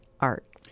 Art